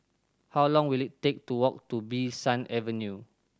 how long will it take to walk to Bee San Avenue